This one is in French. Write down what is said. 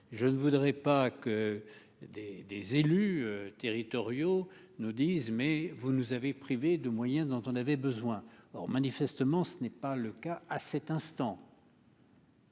je ne voudrais pas que des des élus territoriaux ne disent mais vous nous avez privé de moyens dont on avait besoin, or manifestement, ce n'est pas le cas à cet instant.